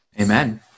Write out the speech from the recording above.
Amen